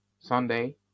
Sunday